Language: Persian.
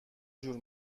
جور